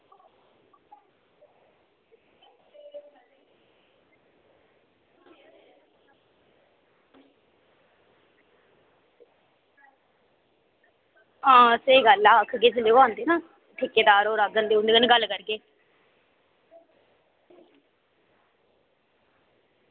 आं स्हेई गल्ल ऐ आक्खगे जेल्लै ओह् आंदे ना ठेकेदार होर आङन तां उंदे कन्नै गल्ल करगे